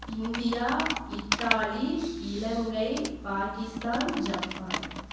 India Italy இலங்கை Pakistan Japan